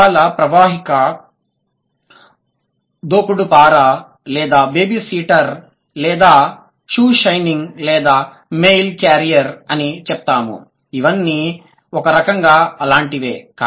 పదాల ప్రవాహిక word processor word processor దోకుడుపార lawn mower లాన్ మావర్ లేదా బేబీ సిట్టర్ లేదా షూ షైనింగ్ లేదా మెయిల్ క్యారియర్ అని చెప్తాము ఇవన్నీ ఒకరకంగా అలాంటివే